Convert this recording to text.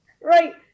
Right